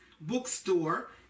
Bookstore